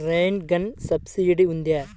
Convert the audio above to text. Rain గన్కి subsidy ఉందా?